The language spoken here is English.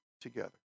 together